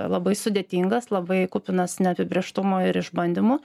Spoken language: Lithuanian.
labai sudėtingas labai kupinas neapibrėžtumo ir išbandymų